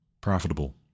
profitable